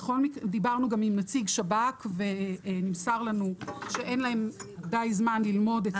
דיברנו גם עם נציג שב"כ ונמסר לנו שאין להם די זמן ללמוד את